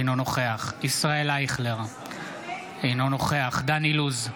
אינו נוכח ישראל אייכלר, אינו נוכח דן אילוז,